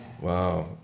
Wow